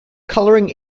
colouring